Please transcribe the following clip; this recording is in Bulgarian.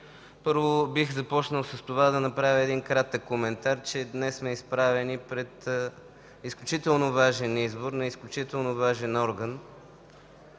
първо, бих започнал с това да направя един кратък коментар, че днес сме изправени пред изключително важен избор на изключително важен орган.